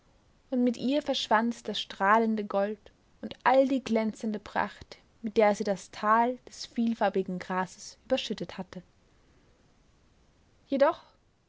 und mit ihr verschwand das strahlende gold und all die glänzende pracht mit der sie das tal des vielfarbigen grases überschüttet hatte jedoch